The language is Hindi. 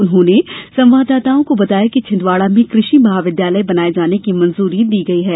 उन्होंने संवाददाताओं को बताया कि छिंदवाड़ा में कृषि महाविद्यालय बनाये जाने की मंजूरी दी गई है